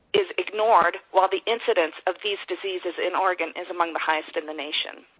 is ignored while the incidents of these diseases in oregon is among the highest in the nation.